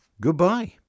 goodbye